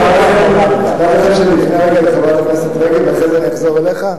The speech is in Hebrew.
אכפת לכם שאני אפנה רגע לחברת הכנסת רגב ואחרי זה אני אחזור אליך?